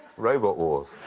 robot wars.